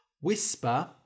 Whisper